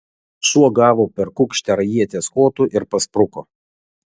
šuo gavo per kukšterą ieties kotu ir paspruko